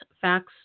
facts